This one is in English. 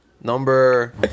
Number